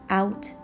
out